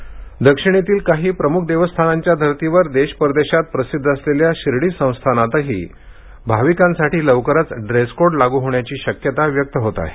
देवळात डेसकोड दक्षिणेतील काही प्रमुख देवस्थानांच्या धर्तीवर देश परदेशात प्रसिद्ध असलेल्या शिर्डी संस्थानातही भाविकांसाठी लवकरच ड्रेसकोड लागू होण्याची शक्यता व्यक्त होत आहे